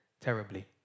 terribly